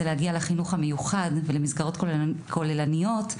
להגיע לחינוך המיוחד ולמסגרות כוללניות,